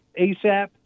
ASAP